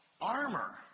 armor